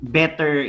better